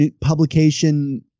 publication